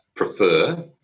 prefer